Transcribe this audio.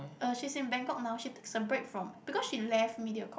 uh she's in Bangkok now she takes some break from because she left Mediacorp